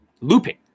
Looping